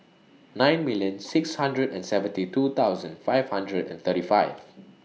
nine million six hundred and seventy two thousand five hundred and thirty five